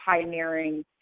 pioneering